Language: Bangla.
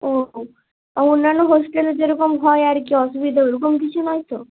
ও তা অন্যান্য হোস্টেলের যেরকম হয় আর কি অসুবিধে ওরকম কিছু নয়তো